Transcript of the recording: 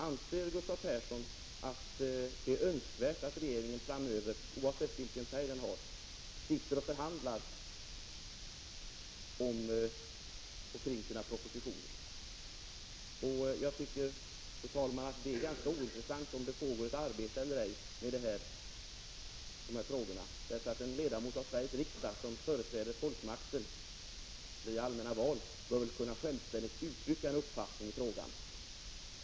Anser Gustav Persson att det är önskvärt att regeringen framöver, oavsett vilken färg den har, förhandlar om och kring sina propositioner? Jag tycker, fru talman, att det är ganska ointressant om det pågår ett arbete eller ej beträffande dessa frågor. En representant för Sveriges riksdag, som företräder folkmakten via allmänna val, bör väl självständigt kunna uttrycka en uppfattning i frågan.